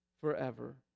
forever